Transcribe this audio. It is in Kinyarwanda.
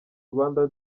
rwanda